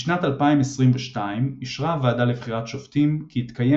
בשנת 2022 אישרה הוועדה לבחירת שופטים כי יתקיים